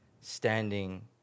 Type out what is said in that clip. standing